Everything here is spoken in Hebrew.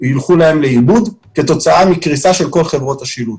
לאיבוד כתוצאה מקריסה של כל חברות השילוט.